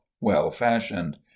well-fashioned